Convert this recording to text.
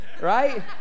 right